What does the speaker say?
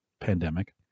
pandemic